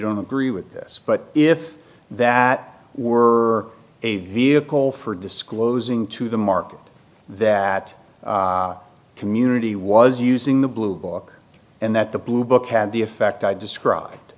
don't agree with this but if that were a vehicle for disclosing to the market that community was using the blue book and that the blue book had the effect i described